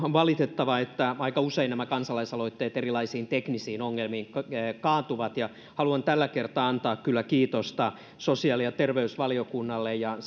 on valitettavaa että aika usein nämä kansalaisaloitteet kaatuvat erilaisiin teknisiin ongelmiin ja haluan tällä kertaa antaa kyllä kiitosta sosiaali ja terveysvaliokunnalle ja